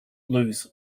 lose